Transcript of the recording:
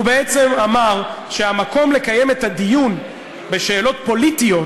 הוא בעצם אמר שהמקום לקיים את הדיון בשאלות פוליטיות,